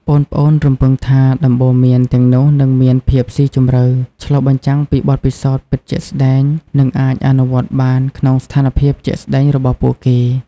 ប្អូនៗរំពឹងថាដំបូន្មានទាំងនោះនឹងមានភាពស៊ីជម្រៅ ឆ្លុះបញ្ចាំងពីបទពិសោធន៍ពិតជាក់ស្ដែង និងអាចអនុវត្តបានក្នុងស្ថានភាពជាក់ស្ដែងរបស់ពួកគេ។